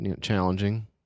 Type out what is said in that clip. challenging